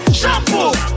shampoo